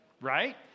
right